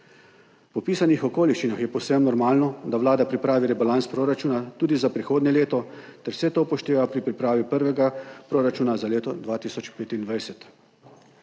Po opisanih okoliščinah je povsem normalno, da vlada pripravi rebalans proračuna tudi za prihodnje leto ter vse to upošteva pri pripravi prvega proračuna za leto 2025.